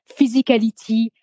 physicality